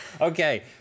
Okay